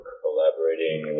collaborating